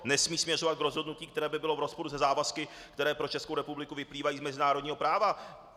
Nesmí směřovat k rozhodnutí, které by bylo v rozporu se závazky, které pro Českou republiku vyplývají z mezinárodního práva.